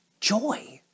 joy